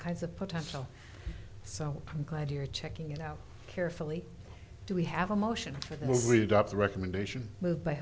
kinds of potential so i'm glad you're checking it out carefully do we have a motion for this read up the recommendation move by